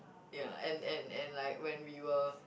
ya and and and like when we were